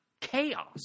chaos